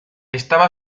estaba